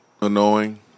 annoying